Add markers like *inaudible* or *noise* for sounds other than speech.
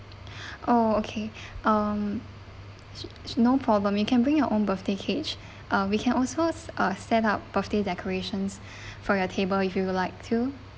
*breath* oh okay um no problem you can bring your own birthday cake uh we can also uh set up birthday decorations *breath* for your table if you would like to